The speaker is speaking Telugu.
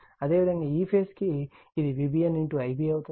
అదేవిధంగా ఈ ఫేజ్ కు ఇది VBN Ib అవుతుంది